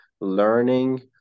learning